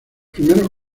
primeros